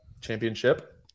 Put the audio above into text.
Championship